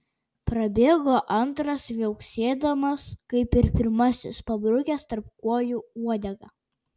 prabėgo antras viauksėdamas kaip ir pirmasis pabrukęs tarp kojų uodegą